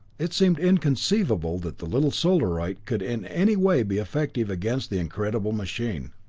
it seemed inconceivable that the little solarite could in any way be effective against the incredible machine.